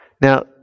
Now